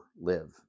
live